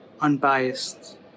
unbiased